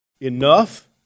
enough